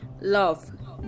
Love